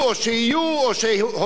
או שיהיו או שבהווה,